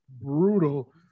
brutal